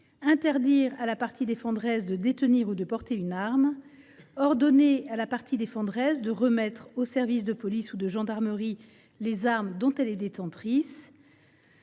interdire à la partie défenderesse de détenir ou de porter une arme ; ordonner à la partie défenderesse de remettre au service de police ou de gendarmerie les armes dont elle est détentrice.